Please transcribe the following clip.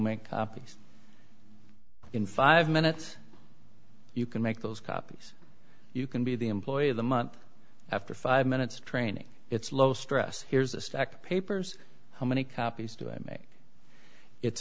make copies in five minutes you can make those copies you can be the employee of the month after five minutes training it's low stress here's a stack of papers how many copies do i make it's